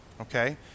Okay